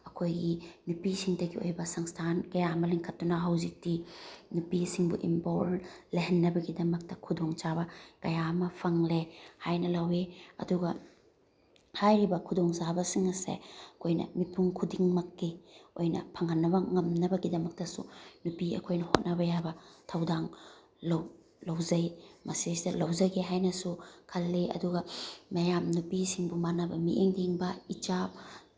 ꯑꯩꯈꯣꯏꯒꯤ ꯅꯨꯄꯤꯁꯤꯡꯇꯒꯤ ꯑꯣꯏꯕ ꯁꯪꯁꯊꯥꯟ ꯀꯌꯥ ꯑꯃ ꯂꯤꯡꯈꯠꯇꯨꯅ ꯍꯧꯖꯤꯛꯇꯤ ꯅꯨꯄꯤꯁꯤꯡꯕꯨ ꯏꯝꯄꯋꯥꯔ ꯂꯩꯍꯟꯅꯕꯒꯤꯗꯃꯛꯇ ꯈꯨꯗꯣꯡ ꯆꯥꯕ ꯀꯌꯥ ꯑꯃ ꯐꯪꯂꯦ ꯍꯥꯏꯅ ꯂꯧꯋꯤ ꯑꯗꯨꯒ ꯍꯥꯏꯔꯤꯕ ꯈꯨꯗꯣꯡ ꯆꯥꯕꯁꯤꯡ ꯑꯁꯦ ꯑꯩꯈꯣꯏꯅ ꯃꯤꯄꯨꯝ ꯈꯨꯗꯤꯡꯃꯛꯀꯤ ꯑꯣꯏꯅ ꯐꯪꯍꯟꯅꯕ ꯉꯝꯅꯕꯒꯤꯗꯃꯛꯇꯁꯨ ꯅꯨꯄꯤ ꯑꯩꯈꯣꯏꯅ ꯍꯣꯠꯅꯕ ꯌꯥꯕ ꯊꯧꯗꯥꯡ ꯂꯧꯖꯩ ꯃꯁꯤꯗꯒꯤꯁꯤꯗ ꯂꯧꯖꯒꯦ ꯍꯥꯏꯅꯁꯨ ꯈꯜꯂꯤ ꯑꯗꯨꯒ ꯃꯌꯥꯝ ꯅꯨꯄꯤꯁꯤꯡꯕꯨ ꯃꯥꯟꯅꯕ ꯃꯤꯠꯌꯦꯡ ꯌꯦꯡꯕ ꯏꯆꯥ